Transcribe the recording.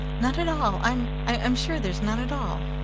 none at all. i'm i'm sure there's none at all.